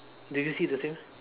do you see the same